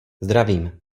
zdravím